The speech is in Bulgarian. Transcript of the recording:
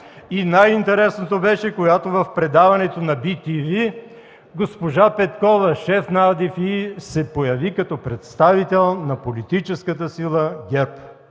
Най-интересното беше, когато в предаването на bТВ госпожа Петкова – шеф на АДФИ, се появи като представител на политическата сила ГЕРБ.